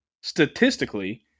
statistically